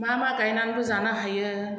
मा मा गायनानैबो जानो हायो